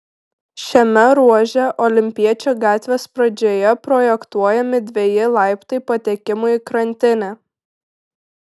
šiame ruože olimpiečių gatvės pradžioje projektuojami dveji laiptai patekimui į krantinę